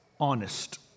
honest